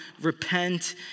repent